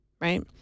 right